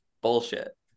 bullshit